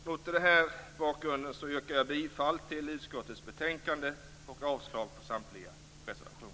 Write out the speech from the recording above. Mot denna bakgrund yrkar jag bifall till hemställan i betänkandet och avslag på samtliga reservationer.